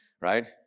Right